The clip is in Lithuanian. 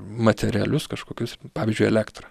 materialius kažkokius pavyzdžiui elektrą